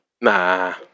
Nah